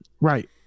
Right